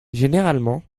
généralement